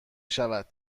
شود